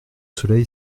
soleil